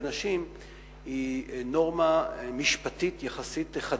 נשים היא נורמה משפטית חדשה יחסית.